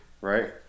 right